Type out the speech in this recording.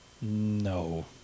No